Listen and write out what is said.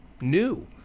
new